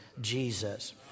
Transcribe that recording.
Jesus